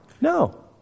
No